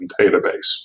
database